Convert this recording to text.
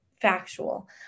factual